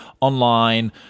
online